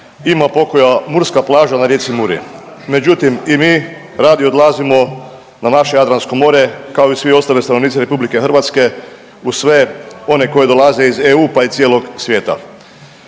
ima pokoja murska plaža na rijeci Muri, međutim, i mi ranije odlazimo na naše Jadransko more, kao i svi ostali stanovnici RH uz sve one koji dolaze iz EU, pa i cijelog svijeta.